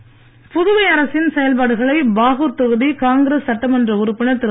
தனவேலு புதுவை அரசின் செயல்பாடுகளை பாகூர் தொகுதி காங்கிரஸ் சட்டமன்ற உறுப்பினர் திரு